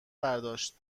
برداشت